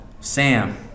Sam